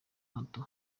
hato